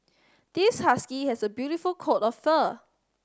this husky has a beautiful coat of fur